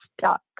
stuck